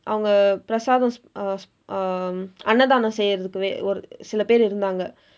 அவங்க பிரசாதம்:avangka pirasaatham err um அன்னதானம் செய்யுறதுக்கு:annathaanam seiyurathukku சில பேர் இருந்தாங்க: sila peer irundthaangka